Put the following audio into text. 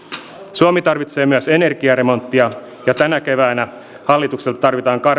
suomi tarvitsee myös energiaremonttia ja tänä keväänä hallitukselta tarvitaan